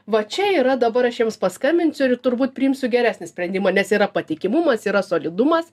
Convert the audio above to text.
va čia yra dabar aš jiems paskambinsiu ir turbūt priimsiu geresnį sprendimą nes yra patikimumas yra solidumas